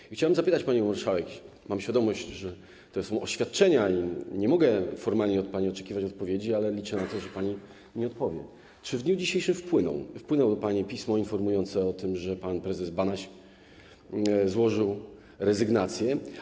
I chciałbym zapytać, pani marszałek - mam świadomość, że to są oświadczenia i nie mogę formalnie od pani oczekiwać odpowiedzi, ale liczę na to, że pani mi odpowie - czy w dniu dzisiejszym wpłynęło do pani pismo informujące o tym, że pan prezes Banaś złożył rezygnację.